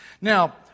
Now